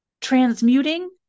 transmuting